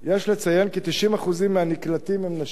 יש לציין כי 90% מהנקלטים הם נשים.